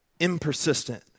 impersistent